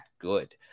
good